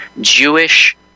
Jewish